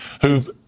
who've